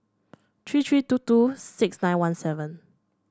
three three two two six nine one seven